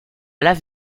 lave